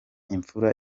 imfura